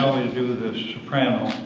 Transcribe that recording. do the soprano.